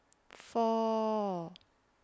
four